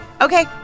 Okay